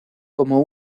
como